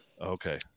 Okay